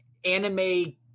Anime